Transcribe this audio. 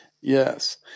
Yes